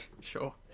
Sure